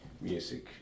music